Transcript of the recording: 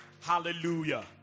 Hallelujah